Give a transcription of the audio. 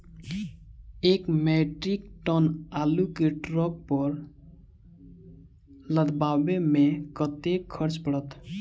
एक metric tonne आलु केँ ट्रक पर लदाबै मे कतेक खर्च पड़त?